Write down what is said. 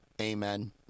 amen